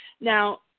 Now